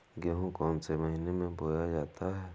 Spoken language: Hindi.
गेहूँ कौन से महीने में बोया जाता है?